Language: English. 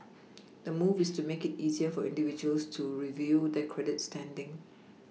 the move is to make it easier for individuals to review their credit standing